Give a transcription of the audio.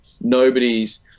nobody's